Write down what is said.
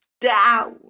down